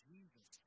Jesus